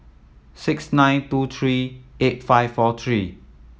six nine two three eight five four three